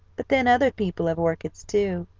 but then other people have orchids, too.